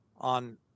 on